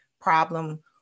problem